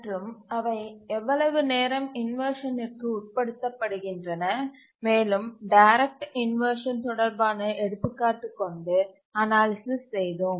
மற்றும் அவை எவ்வளவு நேரம் இன்வர்ஷனிற்கு உட்படுத்தப்படுகின்றன மேலும் டைரக்ட் இன்வர்ஷன் தொடர்பான எடுத்துக்காட்டு கொண்டு அனாலிசிஸ் செய்தோம்